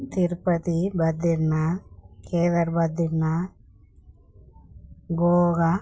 Tirupati Badrinath Kedar Badrinath గోగా